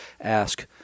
ask